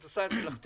את עושה את מלאכתך,